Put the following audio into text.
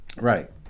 Right